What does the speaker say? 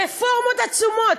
רפורמות עצומות,